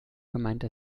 gemeinde